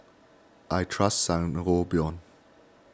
I trust Sangobion